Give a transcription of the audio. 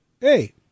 hey